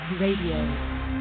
Radio